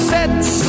Sets